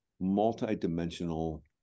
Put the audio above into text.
multi-dimensional